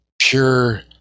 pure